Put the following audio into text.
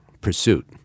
pursuit